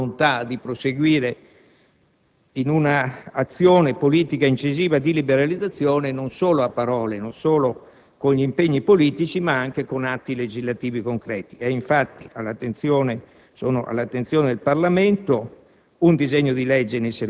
confermato la volontà di proseguire in un'azione politica incisiva di liberalizzazione non solo a parole, non solo con impegni politici, ma anche con atti legislativi concreti. Sono infatti all'attenzione del Parlamento